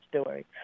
story